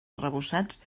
arrebossats